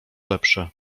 lepsze